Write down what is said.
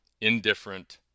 indifferent